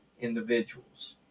individuals